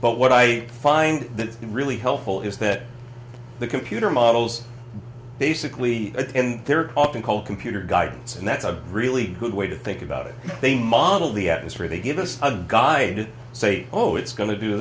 but what i find that really helpful is that the computer models basically and they're often called computer guidance and that's a really good way to think about it they model the atmosphere they give us unguided say oh it's going to do